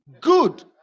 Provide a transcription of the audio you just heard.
Good